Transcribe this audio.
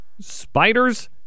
Spiders